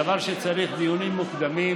זה דבר שמצריך דיונים מוקדמים,